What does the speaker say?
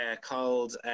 called